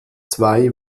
zwei